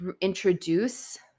introduce